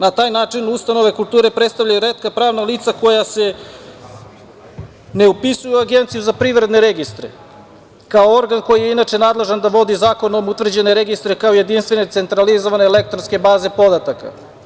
Na taj način ustanove kulture predstavljaju retka pravna lica koja se ne upisuju u Agenciju za privredne registre, kao organ koji je inače nadležan da vodi zakonom utvrđene registre kao jedinstvene centralizovane elektronske baze podataka.